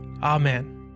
Amen